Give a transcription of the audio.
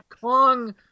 Kong